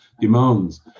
demands